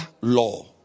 law